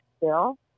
bill